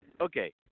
okay